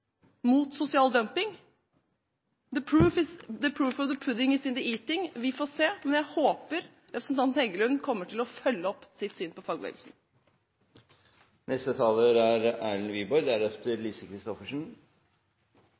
mot sosial dumping. «The proof of the pudding is in the eating» – vi får se. Men jeg håper representanten Heggelund kommer til å følge opp sitt syn på